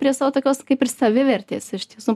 prie savo tokios kaip ir savivertės iš tiesų